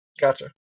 Gotcha